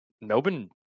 Melbourne